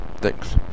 Thanks